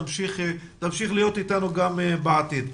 תמשיך להיות אתנו גם בעתיד.